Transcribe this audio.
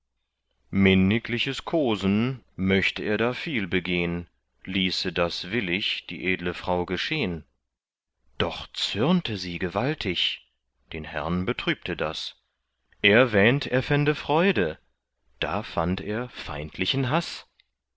minnigliches kosen möcht er da viel begehn ließe das willig die edle frau geschehn doch zürnte sie gewaltig den herrn betrübte das er wähnt er fände freude da fand er feindlichen haß